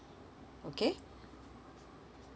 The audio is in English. okay